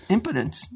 Impotence